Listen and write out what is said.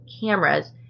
cameras